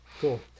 Cool